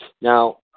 Now